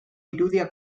irudia